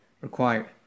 required